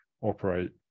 operate